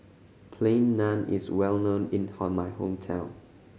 Plain Naan is well known in my hometown